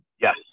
Yes